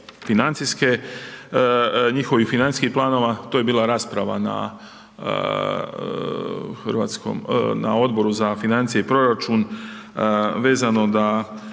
financijske, njihovih financijskih planova. Tu je bila rasprava na Odboru za financije i proračun vezano da